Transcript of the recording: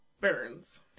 burns